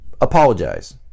apologize